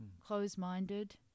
closed-minded